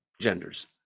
genders